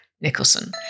Nicholson